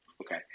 Okay